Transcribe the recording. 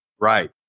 Right